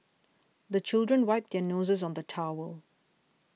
the children wipe their noses on the towel